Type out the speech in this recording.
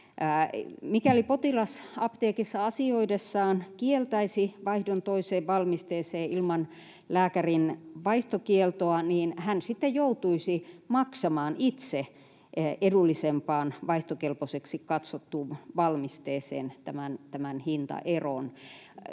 Mikäli potilas apteekissa asioidessaan kieltäisi vaihdon toiseen valmisteeseen ilman lääkärin vaihtokieltoa, niin hän sitten joutuisi maksamaan itse hintaeron edullisempaan, vaihtokelpoiseksi katsottuun valmisteeseen. Todellakin toivon,